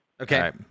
Okay